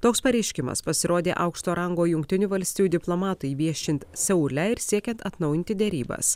toks pareiškimas pasirodė aukšto rango jungtinių valstijų diplomatui viešint seule ir siekiant atnaujinti derybas